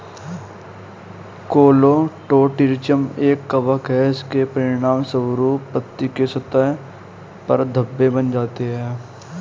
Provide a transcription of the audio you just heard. Colletotrichum एक कवक है, इसके परिणामस्वरूप पत्ती की सतह पर धब्बे बन जाते हैं